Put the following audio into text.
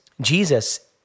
Jesus